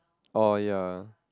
oh ya